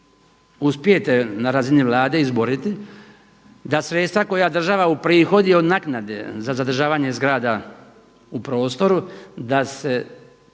uspijete na razini Vlade izboriti da sredstva koja država uprihodi od naknade za zadržavanje zgrada u prostoru, da se